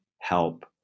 help